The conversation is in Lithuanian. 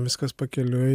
viskas pakeliui